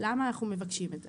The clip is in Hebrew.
למה אנחנו מבקשים את זה?